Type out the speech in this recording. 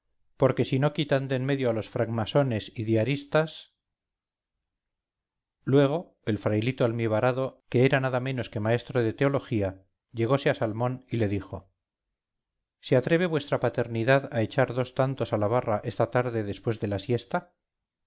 porque si no quitan de en medio a los franc masones y diaristas luego el frailito almibarado que era nada menos que maestro de teología llegose a salmón y le dijo se atreve vuestra paternidad a echar dos tantos a la barra esta tarde después de la siesta